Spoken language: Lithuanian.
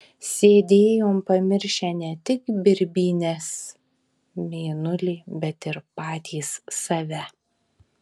sėdėjom pamiršę ne tik birbynes mėnulį bet ir patys save